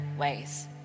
ways